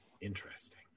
Interesting